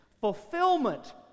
Fulfillment